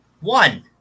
one